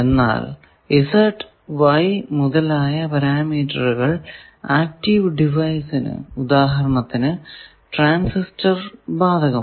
എന്നാൽ Z Y മുതലായ പരാമീറ്ററുകൾ ആക്റ്റീവ് ഡിവൈസിനു ഉദാഹരണത്തിന് ട്രാൻസിസ്റ്റർനു ബാധകമാണ്